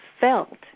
felt